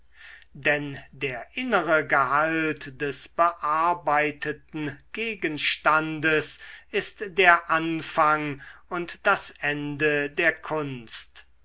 denn der innere gehalt des bearbeiteten gegenstandes ist der anfang und das ende der kunst